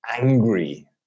angry